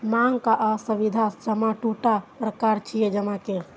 मांग आ सावधि जमा दूटा प्रकार छियै जमा के